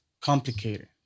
complicated